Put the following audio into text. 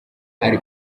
ari